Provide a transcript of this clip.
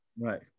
Right